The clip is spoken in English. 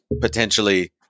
potentially